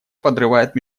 подрывает